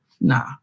Nah